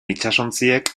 itsasontziek